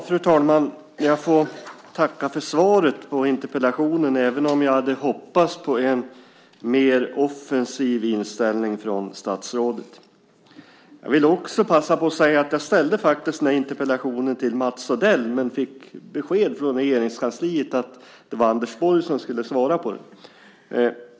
Fru talman! Jag tackar för svaret på interpellationen, även om jag hade hoppats på en mer offensiv inställning från statsrådet. Jag vill säga att jag ställde den här interpellationen till Mats Odell, men fick besked från Regeringskansliet att det var Anders Borg som skulle svara på den.